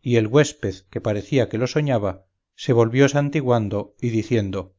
y el güésped que parecía que lo soñaba se volvió santiguando y diciendo